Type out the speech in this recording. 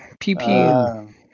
PP